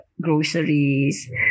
groceries